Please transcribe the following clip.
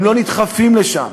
הם לא נדחפים לשם.